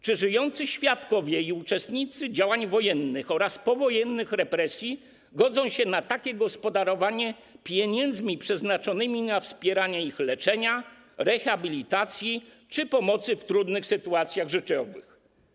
Czy żyjący świadkowie i uczestnicy działań wojennych oraz powojennych represji godzą się na takie gospodarowanie pieniędzmi przeznaczonymi na wspieranie ich leczenia, rehabilitacji czy pomoc w trudnych sytuacjach życiowych?